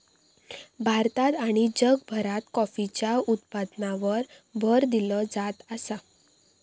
भारतात आणि जगभरात कॉफीच्या उत्पादनावर भर दिलो जात आसा